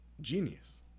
Genius